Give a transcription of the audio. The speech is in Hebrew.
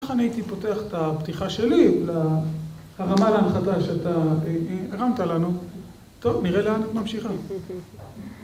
ככה אני הייתי פותח את הפתיחה שלי, הרמה להנחתה שאתה הרמת לנו. טוב, נראה לאן ממשיך ה...